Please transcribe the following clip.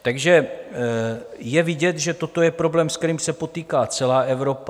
Takže je vidět, že toto je problém, se kterým se potýká celá Evropa.